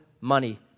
money